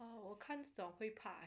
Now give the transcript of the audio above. oh 我看这种会怕